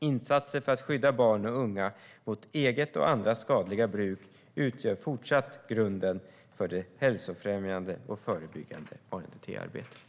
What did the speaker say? Insatser för att skydda barn och unga mot eget och andras skadliga bruk utgör fortsatt grunden för det hälsofrämjande och förebyggande ANDT-arbetet.